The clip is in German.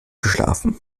geschlafen